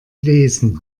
lesen